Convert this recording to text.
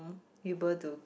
able to